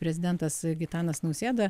prezidentas gitanas nausėda